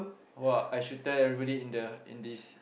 !wah! I should tell everybody in the in this